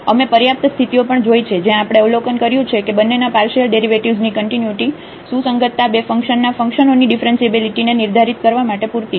અને અમે પર્યાપ્ત સ્થિતિઓ પણ જોઇ છે જ્યાં આપણે અવલોકન કર્યું છે કે બંનેના પાર્શિયલ ડેરિવેટિવ્ઝની કન્ટિન્યુટીની સુસંગતતા બે ફંકશનના ફંકશનોની ડીફરન્શીએબીલીટીને નિર્ધારિત કરવા માટે પૂરતી છે